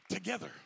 together